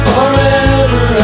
Forever